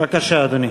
בבקשה, אדוני.